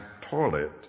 toilet